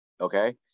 okay